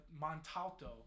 Montalto